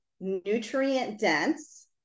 nutrient-dense